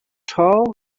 tall